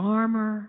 armor